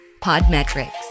Podmetrics